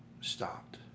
stopped